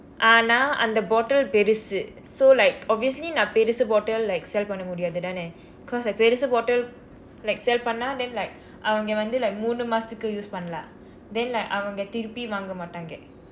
ஆனா அந்த:aanaa andtha bottle பெருசு:perusu so like obviously நான் பெருசு:naan perusu bottle like sell பண்ண முடியாது தானே:panna mudiyaathu thane cause like பெருசு:perusu bottle like sell பண்ண:panna then like அவங்க வந்து:avangka vandthu like மூன்று மாதத்திற்கு:muunru maathaththirkku use பண்ணலாம்:pannalaam then like அவங்க திருப்பி வாங்க மாட்டாங்க:avangka thiruppi vaangka maatdaangka